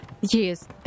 Yes